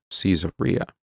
Caesarea